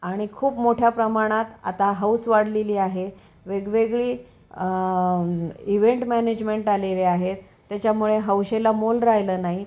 आणि खूप मोठ्या प्रमाणात आता हौस वाढलेली आहे वेगवेगळी इव्हेंट मॅनेजमेंट आलेले आहेत त्याच्यामुळे हौसेला मोल राहिलं नाही